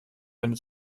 eine